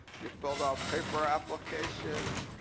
you filled out paper applications.